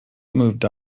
moved